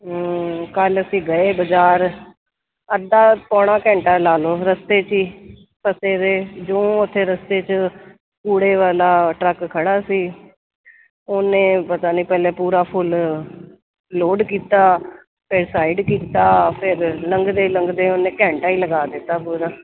ਕੱਲ੍ਹ ਅਸੀਂ ਗਏ ਬਾਜ਼ਾਰ ਅੱਧਾ ਪੌਣਾ ਘੰਟਾ ਲਾ ਲਓ ਰਸਤੇ 'ਚ ਹੀ ਫਸੇ ਰਹੇ ਜਿਉਂ ਉੱਥੇ ਰਸਤੇ 'ਚ ਕੂੜੇ ਵਾਲਾ ਟਰੱਕ ਖੜ੍ਹਾ ਸੀ ਉਹਨੇ ਪਤਾ ਨਹੀਂ ਪਹਿਲਾਂ ਪੂਰਾ ਫੁੱਲ ਲੋਡ ਕੀਤਾ ਫਿਰ ਸਾਈਡ ਕੀਤਾ ਫਿਰ ਲੰਘਦੇ ਲੰਘਦੇ ਉਹਨੇ ਘੰਟਾ ਹੀ ਲਗਾ ਦਿੱਤਾ ਪੂਰਾ